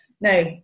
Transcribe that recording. Now